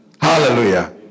Hallelujah